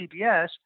CBS